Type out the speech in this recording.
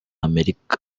amerika